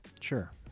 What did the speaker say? Sure